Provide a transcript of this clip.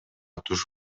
туш